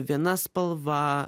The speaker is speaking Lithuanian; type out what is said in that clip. viena spalva